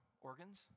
organs